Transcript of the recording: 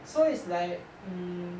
so is like um